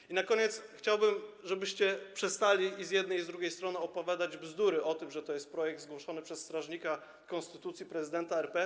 I na koniec - chciałbym, żebyście przestali, i z jednej, i z drugiej strony, opowiadać bzdury o tym, że to jest projekt zgłoszony przez strażnika konstytucji, prezydenta RP.